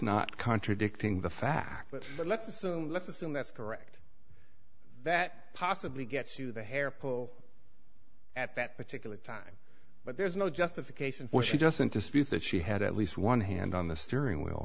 not contradicting the fact but let's assume let's assume that's correct that possibly gets to the hair pull at that particular time but there's no justification for she doesn't dispute that she had at least one hand on the steering wheel